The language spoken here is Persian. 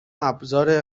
ابزار